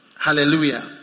Hallelujah